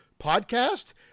podcast